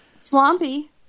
Swampy